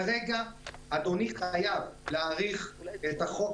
כרגע אדוני חייב להאריך את המועדים על פי הצעת